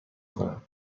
کنم